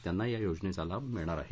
त्यांना या योजनेचा लाभ मिळणार आहे